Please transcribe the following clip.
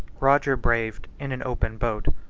roger braved, in an open boat,